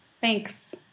Thanks